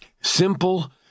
Simple